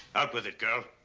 out with it, girl.